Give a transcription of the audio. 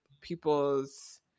people's